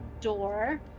door